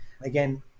Again